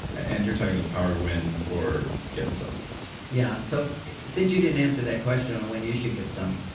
and you're talking about the power of when for gettin' some yeah. so since you didn't answer that question on when you should get some,